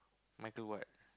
Micheal what